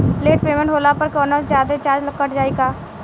Late payment होला पर कौनोजादे चार्ज कट जायी का?